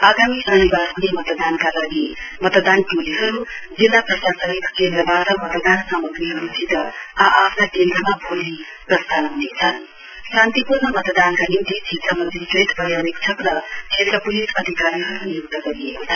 आगामी शनिबार हुने मतदानका लागि मतदान टोलीहरू जिल्ला प्रशासनिक केन्द्रबाट मतदानका सामाग्रीहरूसित आ आफ्ना केन्द्रमा भोलि प्रस्थान हुनेछन शान्तिपूर्ण मतदानका निम्ति क्षेत्र मजिस्ट्रेट पर्यावेक्षक र क्षेत्र पूलिस अधिकारीहरू निय्क्त गरिएको छ